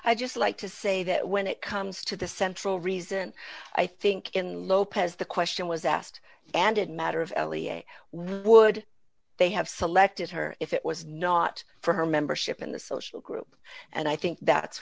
i just like to say that when it comes to the central reason i think in lopez the question was asked and it matter of why would they have selected her if it was not for her membership in the social group and i think that's